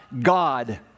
God